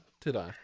today